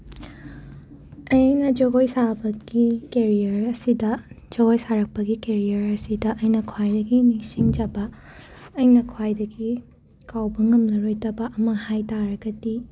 ꯑꯩꯅ ꯖꯒꯣꯏ ꯁꯥꯕꯒꯤ ꯀꯦꯔꯤꯌꯔ ꯑꯁꯤꯗ ꯖꯒꯣꯏ ꯁꯥꯔꯛꯄꯒꯤ ꯀꯦꯔꯤꯌꯔ ꯑꯁꯤꯗ ꯑꯩꯅ ꯈ꯭ꯋꯥꯏꯗꯒꯤ ꯅꯤꯡꯁꯤꯡꯖꯕ ꯑꯩꯅ ꯈ꯭ꯋꯥꯏꯗꯒꯤ ꯀꯥꯎꯕ ꯉꯝꯂꯔꯣꯏꯗꯕ ꯑꯃ ꯍꯥꯏ ꯇꯥꯔꯒꯗꯤ